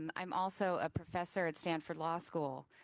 um i'm also a professor at stanford law school,